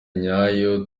nyayo